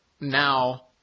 Now